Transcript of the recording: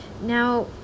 Now